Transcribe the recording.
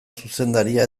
zuzendaria